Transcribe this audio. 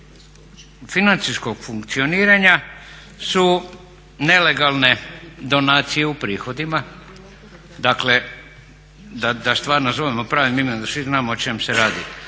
financijskog funkcioniranja su nelegalne donacije u prihodima, dakle da stvar nazovemo pravim imenom, da svi znamo o čem se radi.